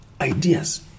ideas